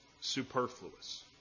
superfluous